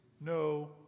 no